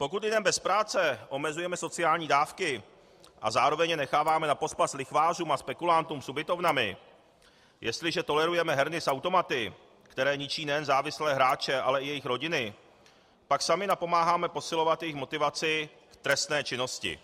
Pokud lidem bez práce omezujeme sociální dávky a zároveň je necháváme napospas lichvářům a spekulantům s ubytovnami, jestliže tolerujeme herny s automaty, které ničí nejen závislé hráče, ale i jejich rodiny, pak sami napomáháme posilovat jejich motivaci k trestné činnosti.